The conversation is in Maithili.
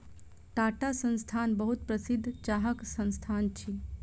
टाटा संस्थान बहुत प्रसिद्ध चाहक संस्थान अछि